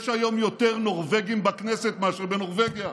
יש היום יותר נורבגים בכנסת מאשר בנורבגיה.